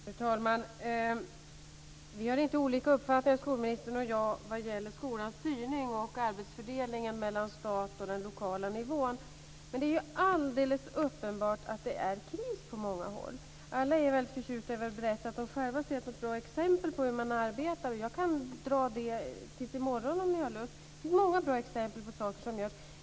Fru talman! Vi har inte olika uppfattningar, skolministern och jag, vad gäller skolans styrning och arbetsfördelningen mellan stat och den lokala nivån, men det är alldeles uppenbart att det är kris på många håll. Alla är väldigt förtjusta över att kunna berätta att de själva har sett ett bra exempel på hur man kan arbeta. Jag kan dra sådana exempel tills i morgon, om ni har lust. Det finns många bra exempel på saker som görs.